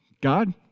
God